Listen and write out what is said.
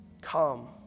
come